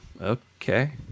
Okay